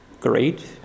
great